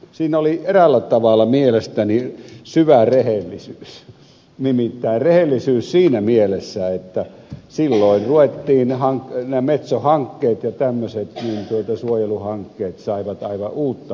siinä oli eräällä tavalla mielestäni syvä rehellisyys nimittäin rehellisyys siinä mielessä että silloin nämä metso hankkeet ja tämmöiset suojeluhankkeet saivat aivan uutta pontta